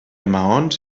maons